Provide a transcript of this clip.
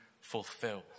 fulfilled